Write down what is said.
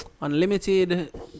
unlimited